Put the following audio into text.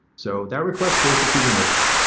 so that request goes to kubernetes.